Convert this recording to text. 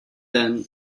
then